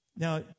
Now